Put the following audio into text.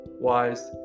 wise